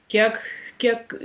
kiek kiek